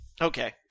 Okay